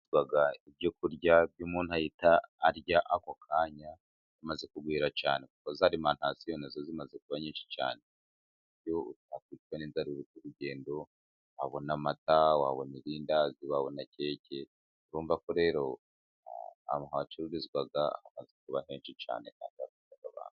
Aho bacururiza haba ibyo kurya umuntu ahita arya ako kanya, hamaze kugwira cyane, kuko za arimantasiyo nazo zimaze kuba nyinshi cyane, kuburyo utakwicwa n'inzara uri ku rugendo, wabona amata, wabona irindazi, wabona keke, urumva ko rero ahantu hacururizwa hamaze kuba henshi cyane.